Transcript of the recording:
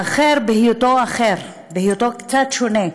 האחר בהיותו אחר, בהיותו קצת שונה,